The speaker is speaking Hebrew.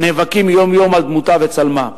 נאבקים יום-יום על דמותה וצלמה.